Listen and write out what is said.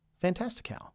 Fantastical